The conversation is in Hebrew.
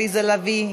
עליזה לביא,